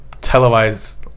televised